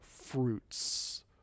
fruits